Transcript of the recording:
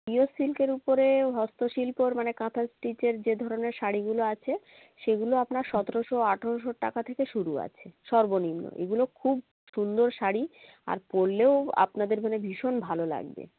pure সিল্কের উপরে হস্তশিল্পর মানে কাঁথা স্টিচের যে ধরনের শাড়িগুলো আছে সেগুলো আপনার সতোরোশো আঠরোশো টাকা থেকে শুরু আছে সর্বনিম্ন এগুলো খুব সুন্দর শাড়ি আর পড়লেও আপনাদের মানে ভীষণ ভালো লাগবে